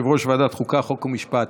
יושב-ראש ועדת החוקה, חוק ומשפט.